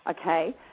okay